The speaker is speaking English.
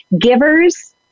givers